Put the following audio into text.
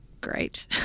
great